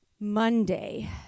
Monday